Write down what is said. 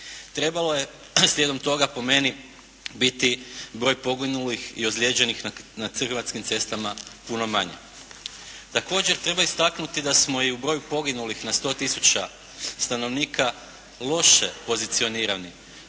Trebalo je slijedom toga po meni biti broj poginulih i ozlijeđenih na hrvatskim cestama puno manje. Također treba istaknuti da smo i u broju poginulih na 100 tisuća stanovnika loše pozicionirani